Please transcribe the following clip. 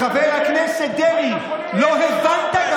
חבר הכנסת אמסלם, אני לא רוצה להוציא.